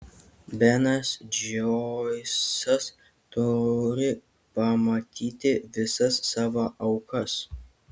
benas džoisas turi pamatyti visas savo aukas